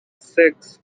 six